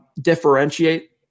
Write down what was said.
differentiate